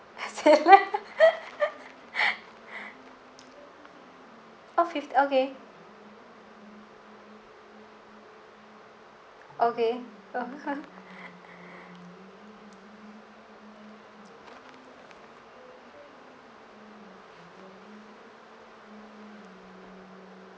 oh fift~ okay okay